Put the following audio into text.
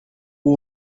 who